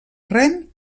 rem